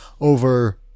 over